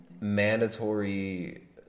Mandatory